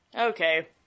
Okay